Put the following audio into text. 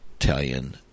Italian